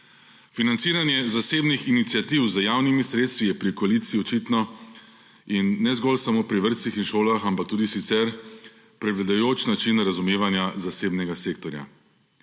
Financiranje zasebnih iniciativ z javnimi sredstvi je pri koaliciji očitno, in ne zgolj samo pri vrtcih in šolah, ampak tudi sicer, prevladujoč način razumevanja zasebnega sektorja.